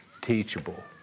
teachable